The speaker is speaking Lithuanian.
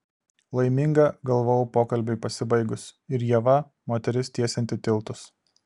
laiminga galvojau pokalbiui pasibaigus ir ieva moteris tiesianti tiltus